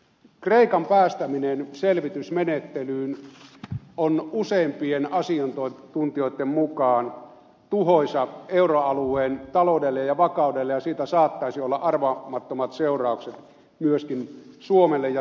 kreikan päästäminen selvitysmenettelyyn on useimpien asiantuntijoitten mukaan tuhoisaa euroalueen taloudelle ja vakaudelle ja siitä saattaisi olla arvaamattomat seuraukset myöskin suomelle ja suomalaisille